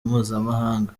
mpuzamahanga